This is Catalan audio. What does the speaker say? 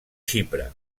xipre